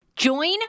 Join